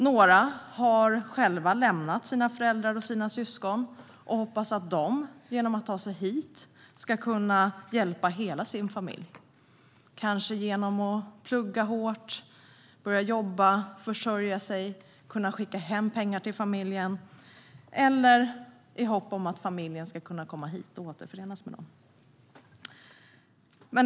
Några har lämnat föräldrar och syskon och hoppas att de genom att ta sig hit ska kunna hjälpa hela familjen, kanske genom att plugga hårt, jobba och försörja sig och skicka hem pengar, eller återförenas med dem.